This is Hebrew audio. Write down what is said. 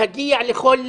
להגיע לכל